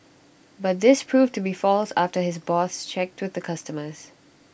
but this proved to be false after his boss checked with the customers